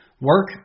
Work